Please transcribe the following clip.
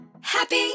Happy